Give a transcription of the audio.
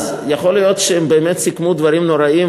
אז יכול להיות שהם באמת סיכמו דברים נוראיים,